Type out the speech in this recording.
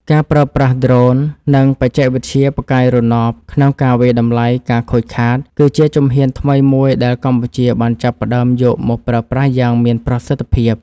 ការប្រើប្រាស់ដ្រូន និងបច្ចេកវិទ្យាផ្កាយរណបក្នុងការវាយតម្លៃការខូចខាត គឺជាជំហានថ្មីមួយដែលកម្ពុជាបានចាប់ផ្តើមយកមកប្រើប្រាស់យ៉ាងមានប្រសិទ្ធភាព។